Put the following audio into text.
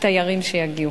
התיירים שיגיעו.